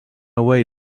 away